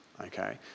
okay